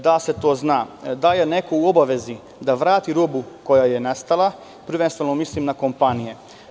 Da li se zna da li je neko u obavezi da vrati robu koja je nestala, a prvenstveno mislim na kompanije?